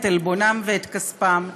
את עלבונם ואת כספם,